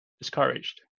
discouraged